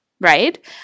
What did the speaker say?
right